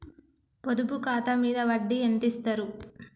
పొదుపు ఖాతా మీద వడ్డీ ఎంతిస్తరు?